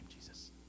Jesus